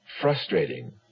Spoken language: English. frustrating